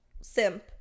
simp